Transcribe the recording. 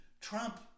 Trump